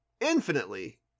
infinitely